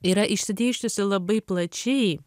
yra išsidėsčiusi labai plačiai